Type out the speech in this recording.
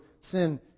sin